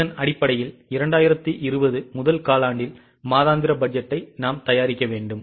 இதன் அடிப்படையில் 2020 முதல் காலாண்டில் மாதாந்திர பட்ஜெட்டை நாம் தயாரிக்க வேண்டும்